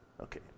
Okay